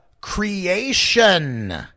creation